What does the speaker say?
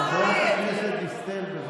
חבר הכנסת כץ, חברת הכנסת דיסטל, בבקשה.